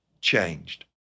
changed